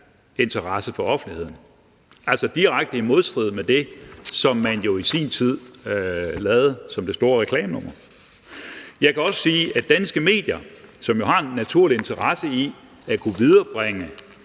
interesse for offentligheden.« Det er altså direkte i modstrid med det, som man jo i sin tid lavede som det store reklamenummer. Jeg kan også sige, at danske medier, som jo har en naturlig interesse i at kunne viderebringe